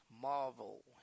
Marvel